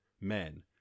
men